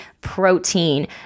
protein